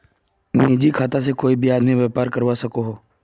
निजी खाता से कोए भी आदमी व्यापार करवा सकोहो